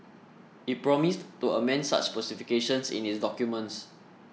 it promised to amend such specifications in its documents